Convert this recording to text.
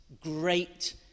great